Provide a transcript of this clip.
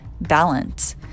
balance